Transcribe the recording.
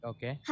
Okay